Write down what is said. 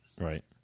Right